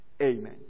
Amen